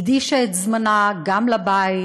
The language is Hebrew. הקדישה את זמנה גם לבית,